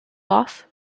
off